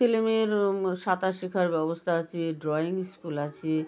ছেলে মেয়ের সাঁতার শেখার ব্যবস্থা আছে ড্রয়িং ইস্কুল আছে